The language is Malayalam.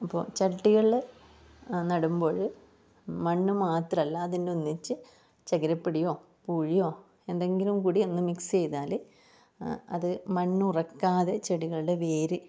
അപ്പോൾ ചട്ടികളില് നടുമ്പോഴ് മണ്ണ് മാത്രല്ല അതിൻ്റെ ഒന്നിച്ച് ചകിരിപ്പൊടിയോ പൂഴിയോ എന്തെങ്കിലും കൂടി ഒന്ന് മിക്സ് ചെയ്താല് അത് മണ്ണുറക്കാതെ ചെടികളുടെ വേര്